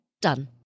Done